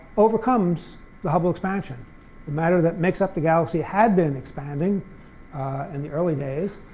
overcomes the hubble expansion. the matter that makes up the galaxy had been expanding in the early days,